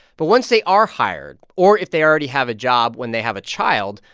but once they are hired, or if they already have a job when they have a child,